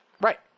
Right